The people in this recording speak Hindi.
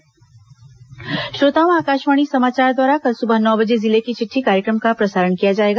जिले की चिटठी श्रोताओं आकाशवाणी समाचार द्वारा कल सुबह नौ बजे जिले की चिट्ठी कार्यक्रम का प्रसारण किया जाएगा